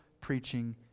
preaching